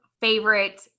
favorite